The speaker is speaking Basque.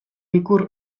ikur